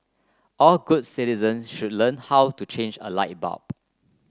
all good citizens should learn how to change a light bulb